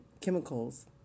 chemicals